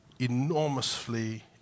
enormously